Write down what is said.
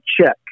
check